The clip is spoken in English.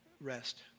rest